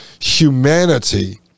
humanity